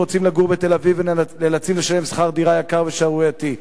שרוצים לגור בתל-אביב ונאלצים לשלם שכר דירה יקר ושערורייתי,